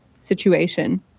situation